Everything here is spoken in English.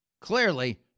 Clearly